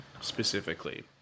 specifically